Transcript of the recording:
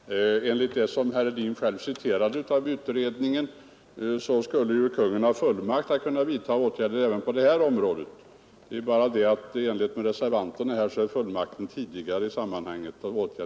Herr talman! Enligt det som herr Hedin själv citerat ur miljökontrollutredningen skulle Kungl. Maj:t ha fullmakt och möjlighet att vidta åtgärder även på detta område. Skillnaden är bara den att enligt reservanternas förslag vidtas åtgärderna tidigare och just beträffande engångsemballagen.